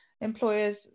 employers